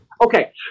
Okay